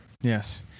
Yes